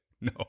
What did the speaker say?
No